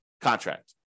contract